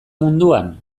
munduan